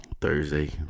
Thursday